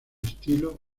estilo